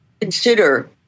consider